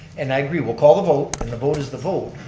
and i agree, we'll call the vote, and the vote is the vote.